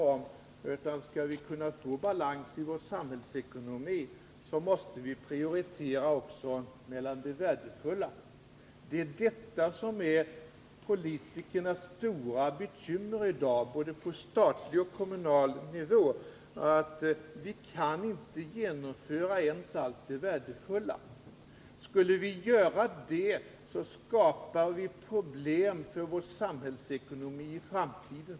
För att uppnå balans i vår samhällsekonomi måste vi också prioritera de värdefulla tingen. Det stora bekymret för oss politiker i dag på både statlig och kommunal nivå är att vi inte kan genomföra ens allt det värdefulla. Skulle vi göra det, skapade vi problem för vår samhällsekonomi i framtiden.